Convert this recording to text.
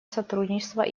сотрудничество